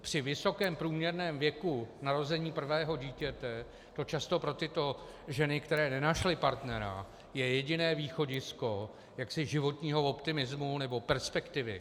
Při vysokém průměrném věku narození prvého dítěte to často pro tyto ženy, které nenašly partnera, je jediné východisko jaksi životního optimismu nebo perspektivy.